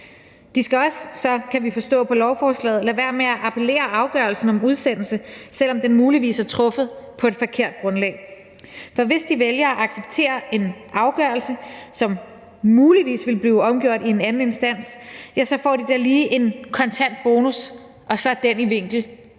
De skal også – kan vi forstå på lovforslaget – lade være med at appellere afgørelsen om udsendelse, selv om den muligvis er truffet på et forkert grundlag. For hvis de vælger at acceptere en afgørelse, som muligvis ville blive omgjort i en anden instans, så får de da lige en kontant bonus, og så er den i vinkel,